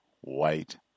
White